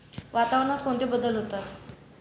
वातावरणात कोणते बदल होतात?